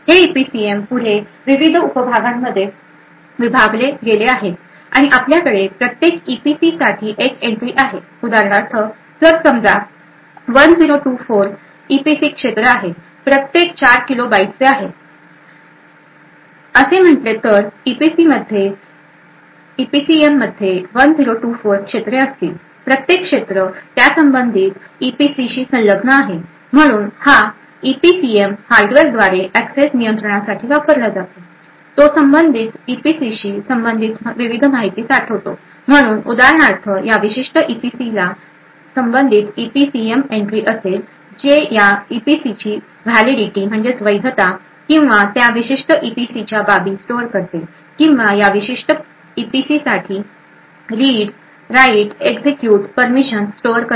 हे ईपीसीएम पुढे विविध उप विभागांमध्ये विभागले गेले आहे आणि आपल्याकडे प्रत्येक ईपीसीसाठी एक एन्ट्री आहे उदाहरणार्थ जर समजा 1024 ईपीसी क्षेत्र आहे प्रत्येक 4 किलो बाइटचे आहे असे म्हटले तर ईपीसीएममध्ये 1024 क्षेत्रे असतील प्रत्येक क्षेत्र त्यासंबंधित ईपीसीशी संलग्न आहे म्हणून हा ईपीसीएम हार्डवेअरद्वारे एक्सेस नियंत्रणासाठी वापरला जातो तो संबंधित ईपीसीशी संबंधित विविध माहिती साठवतो म्हणून उदाहरणार्थ या विशिष्ट ईपीसीला संबंधित ईपीसीएम एन्ट्री असेल जे या ईपीसीची वैधता व्हॅलिडीटी किंवा त्या विशिष्ट ईपीसीच्या बाबी स्टोअर करते किंवा या विशिष्ट ईपीसीसाठी read write execute permission store करते